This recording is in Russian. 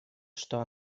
что